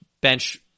bench